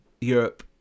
Europe